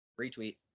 Retweet